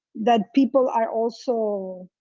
that people are also